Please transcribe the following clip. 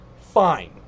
Fine